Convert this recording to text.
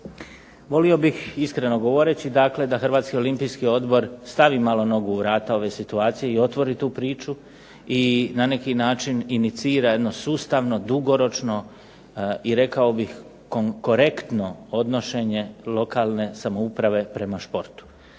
Volio bih, iskreno govoreći, dakle da HOO stavi malo nogu u vrata ove situacije i otvori tu priču i na neki način inicira jedno sustavno, dugoročno i rekao bih korektno odnošenje lokalne samouprave prema športu.